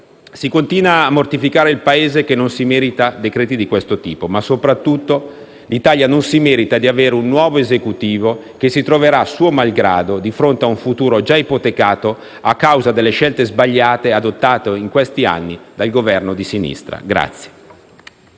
si continua a mortificare il Paese, che non merita decreti-legge di questo tipo. Soprattutto, l'Italia non merita di avere un nuovo Esecutivo che si troverà, suo malgrado, di fronte a un futuro già ipotecato a causa delle scelte sbagliate adottate in questi anni dal Governo di sinistra.